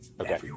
Okay